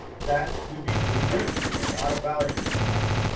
that would be really great, there's a lot of value in that.